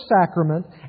sacrament